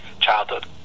childhood